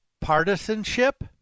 partisanship